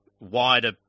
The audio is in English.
wider